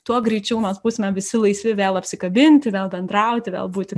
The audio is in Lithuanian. tuo greičiau mes būsime visi laisvi vėl apsikabinti vėl bendrauti vėl būti